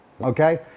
okay